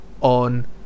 on